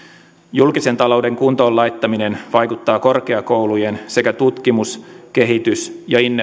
julkisen talouden kuntoon laittaminen vaikuttaa korkeakoulujen sekä tutkimus kehitys ja